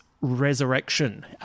resurrection